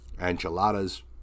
enchiladas